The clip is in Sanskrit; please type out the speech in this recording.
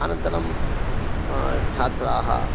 अनन्तरं छात्राः